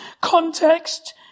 context